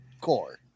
core